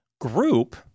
group